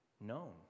known